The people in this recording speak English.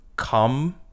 come